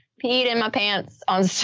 peed in my pants on so